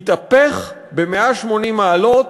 התהפך ב-180 מעלות,